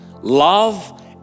love